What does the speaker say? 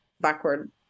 backward